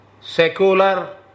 secular